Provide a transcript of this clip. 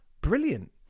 brilliant